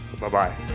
Bye-bye